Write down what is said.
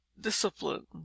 Discipline